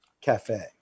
cafe